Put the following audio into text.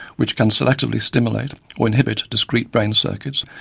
which can selectively stimulate or inhibit discrete brain circuits,